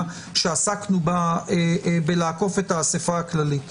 שעסקנו בה בלעקוף את האסיפה הכללית.